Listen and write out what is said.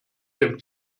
dem